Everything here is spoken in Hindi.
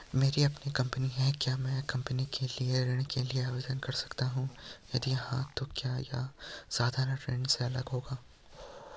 मेरी अपनी कंपनी है क्या मैं कंपनी के लिए ऋण के लिए आवेदन कर सकता हूँ यदि हाँ तो क्या यह साधारण ऋण से अलग होगा?